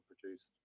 produced